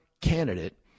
candidate